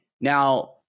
Now